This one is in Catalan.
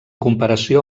comparació